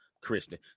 Christian